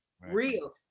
real